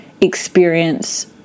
experience